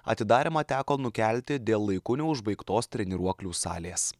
atidarymą teko nukelti dėl laiku neužbaigtos treniruoklių salės